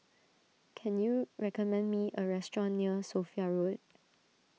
can you recommend me a restaurant near Sophia Road